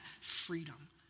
freedom